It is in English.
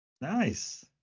nice